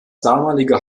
damalige